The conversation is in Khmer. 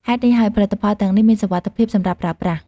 ហេតុនេះហើយ ផលិតផលទាំងនេះមានសុវត្ថិភាពសម្រាប់ប្រើប្រាស់។